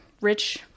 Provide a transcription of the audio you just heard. rich